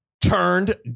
turned